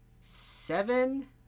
seven